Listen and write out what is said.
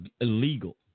illegal